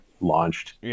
launched